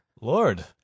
Lord